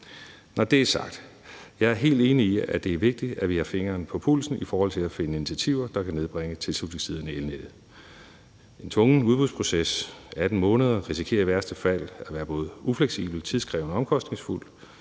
Når det er sagt, er jeg helt enig i, at det er vigtigt, at vi har fingeren på pulsen i forhold til at finde initiativer, der kan nedbringe tilslutningstiderne i elnettet. En tvungen udbudsproces efter 18 måneder risikerer i værste fald at være både ufleksibel, tidskrævende og omkostningsfuld.